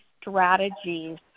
strategies